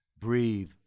breathe